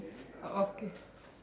o~ okay